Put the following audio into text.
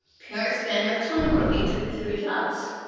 parents spend their time working two to three jobs